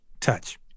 touch